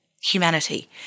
humanity